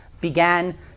began